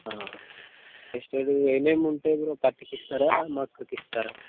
tested ఏమేముంటాయి bro పత్తికి ఇస్తారా మొక్కకి ఇస్తారా